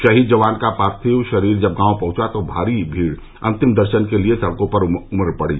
शहीद जवान का पार्थिव शरीर जब गॉव पहुंचा तो भारी भीड़ अंतिम दर्शन के लिए सड़कों पर उमड़ पड़ी